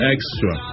Extra